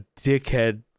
dickhead